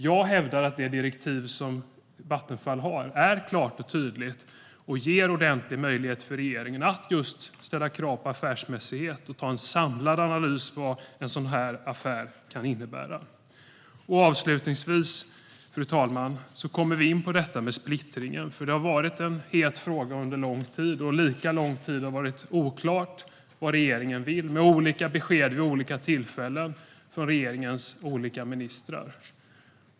Jag hävdar att det direktiv som Vattenfall har är klart och tydligt och ger ordentlig möjlighet för regeringen att ställa krav på affärsmässighet och göra en samlad analys av vad en sådan affär kan innebära. Avslutningsvis, fru talman, kommer vi in på detta med splittring, som har varit en het fråga under lång tid. Under lika lång tid har det varit oklart vad regeringen vill, med olika besked vid olika tillfällen från regeringens olika ministrar.